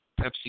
Pepsi